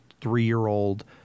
three-year-old